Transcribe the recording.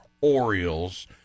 Orioles